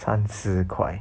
三十块